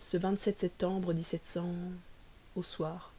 ce septembre au soir